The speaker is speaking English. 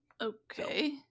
okay